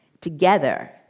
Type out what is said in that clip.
Together